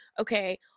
okay